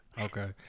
Okay